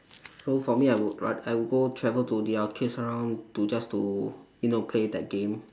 so for me I would rather I would go travel to the arcades around to just to you know play that game